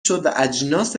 شدواجناس